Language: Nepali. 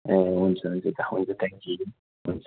ए हुन्छ हुन्छ दा हुन्छ थ्याङ्क यू हुन्छ